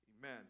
Amen